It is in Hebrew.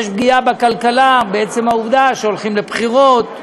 יש פגיעה בכלכלה בעצם העובדה שהולכים לבחירות,